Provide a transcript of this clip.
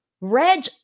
Reg